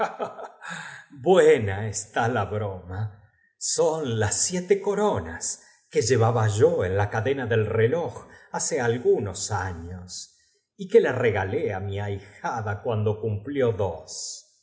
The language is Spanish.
buena está la broma son las siete coronas que llevaba yo en la cadona del reloj hace algunos años y que le que maria comprendió que necesitaba dar regalé á mi ahijada cuand o cumplió dos